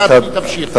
בבקשה, תמשיך.